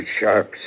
sharps